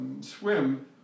swim